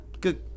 Good